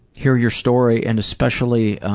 hear your story and especially